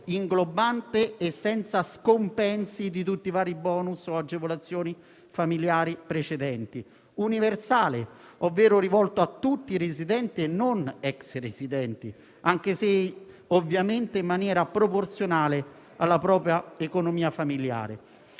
inglobante e senza scompensi di tutti i vari *bonus* o agevolazioni familiari precedenti; universale, ovvero rivolto a tutti i residenti e non, ex residenti, anche se ovviamente in maniera proporzionale alla propria economia familiare.